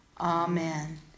Amen